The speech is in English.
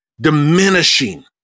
diminishing